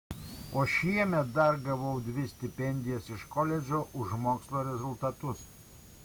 o šiemet dar gavau dvi stipendijas iš koledžo už mokslo rezultatus